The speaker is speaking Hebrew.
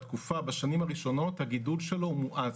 בשנים הראשונות הגידול שלו הוא מואץ,